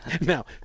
Now